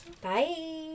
Bye